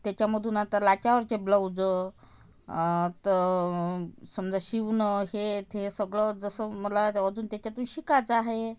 त्याच्यामधून आता त्याच्यावरचे ब्लाउजं तर समजा शिवणं हे ते सगळं जसं मला अजून त्याच्यातून शिकायचं आहे